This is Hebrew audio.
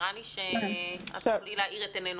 נראה לי שאת תוכלי להאיר את עינינו.